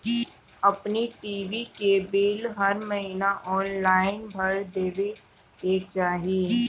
अपनी टी.वी के बिल हर महिना ऑनलाइन भर देवे के चाही